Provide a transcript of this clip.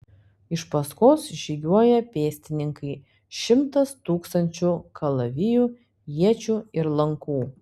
iš paskos žygiuoja pėstininkai šimtas tūkstančių kalavijų iečių ir lankų